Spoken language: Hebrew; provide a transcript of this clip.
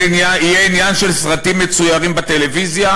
זה יהיה עניין של סרטים מצוירים בטלוויזיה?